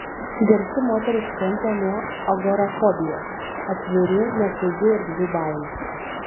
garsi moteris kentė nuo agorafobijos atvirų nesaugių erdvių baimės